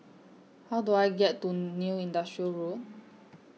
How Do I get to New Industrial Road